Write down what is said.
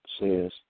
says